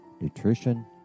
nutrition